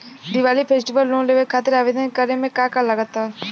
Diwali festival loan लेवे खातिर आवेदन करे म का का लगा तऽ?